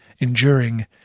enduring